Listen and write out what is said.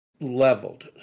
leveled